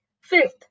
Fifth